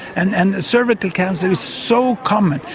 and and cervical cancer is so common.